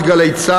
למעמד "גלי צה"ל"